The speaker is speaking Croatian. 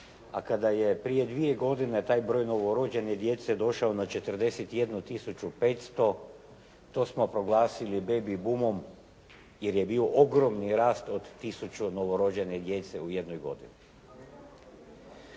a kada je prije dvije godine taj broj novorođene djece došao na 41 tisuću 500 to smo proglasili baby boom-om jer je bio ogromni rast od 1000 novorođene djece u jednoj godini.